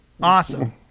Awesome